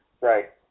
Right